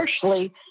partially